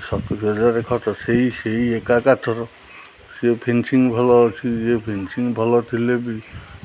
ସତୁରୀ ହଜାର ଖଟ ସେଇ ସେଇ ଏକା କାଠର ସେଇ ଫିନିସିଙ୍ଗ ଭଲ ଅଛି ଯଏ ଫିନିସିଙ୍ଗ ଭଲ ଥିଲେ ବି